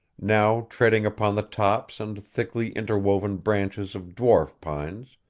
now treading upon the tops and thickly-interwoven branches of dwarf pines,